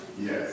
Yes